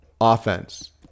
offense